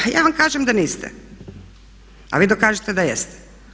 A niste. … [[Upadica se ne čuje.]] Pa ja vam kažem da niste a vi dokažite da jeste.